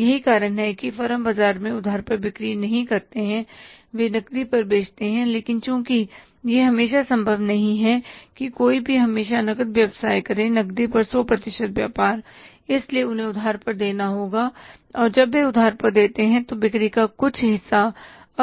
यही कारण है कि फर्म बाजार में उधार पर बिक्री नहीं करते हैं वे नकदी पर बेचते हैं लेकिन चूंकि यह हमेशा संभव नहीं है कि कोई भी हमेशा नकद व्यवसाय करें नकदी पर 100 प्रतिशत व्यापार इसलिए उन्हें उधार पर देना होगा और जब वे उधार देते हैं तो बिक्री का कुछ हिस्सा